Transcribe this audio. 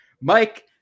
Mike